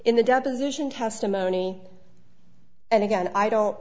the deposition testimony and again i don't